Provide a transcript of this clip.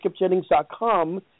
skipjennings.com